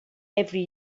every